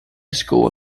school